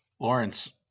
Lawrence